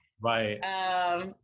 Right